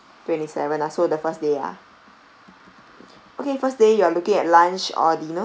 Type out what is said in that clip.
twenty seven ah so the first day ah okay first day you are looking at lunch or dinner